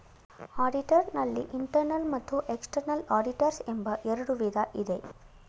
auditor ನಲ್ಲಿ internal ಮತ್ತು external auditors ಎಂಬ ಎರಡು ವಿಧ ಇದೆ